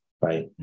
right